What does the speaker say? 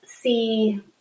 see